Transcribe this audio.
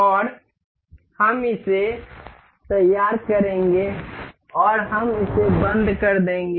और हम इसे तैयार करेंगे और हम इसे बंद कर देंगे